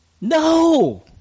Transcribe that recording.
No